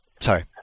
Sorry